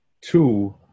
Two